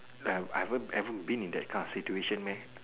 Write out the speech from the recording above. I I haven't I haven't been in that kind of situation meh